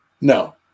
No